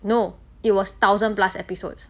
no it was thousand plus episodes